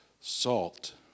salt